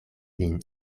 lin